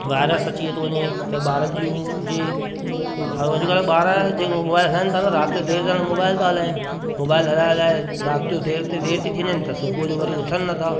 virus अची थो वञे त ॿारनि जूं जे ऐं अॼुकल्ह जे ॿार मोबाइल हलाइनि था न राति जो देरि ताईं त मोबाइल था हलाइनि मोबाइल हलाए हलाए राति जो देरि थी देरि थी थी वञेनि त सुबूह वरी उथनि न था